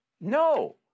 No